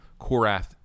Korath